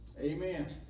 Amen